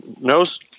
knows